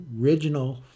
original